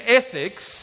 ethics